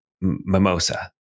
mimosa